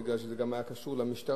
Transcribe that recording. בגלל שזה גם היה קשור למשטרה,